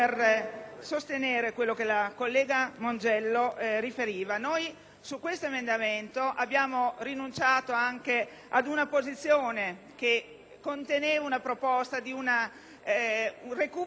Per questo emendamento abbiamo rinunciato anche ad una posizione che conteneva una proposta di un recupero di risorse per il triennio. Sappiamo quanto questa proposta sia